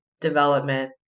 development